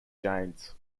janes